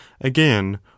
again